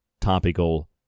topical